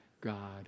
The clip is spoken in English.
God